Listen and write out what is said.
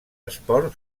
esport